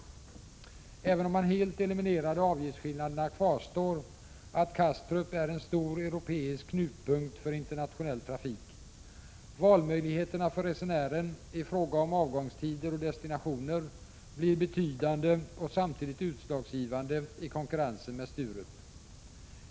Även om man helt eliminerar avgiftsskillnaderna kvarstår att Kastrup är en stor europeisk knutpunkt för internationell trafik. Valmöjligheterna för resenären i fråga om avgångstider och destinationer blir betydande och samtidigt utslagsgivande i konkurrensen med Sturup.